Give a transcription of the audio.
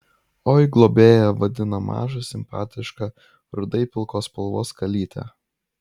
oi globėja vadina mažą simpatišką rudai pilkos spalvos kalytę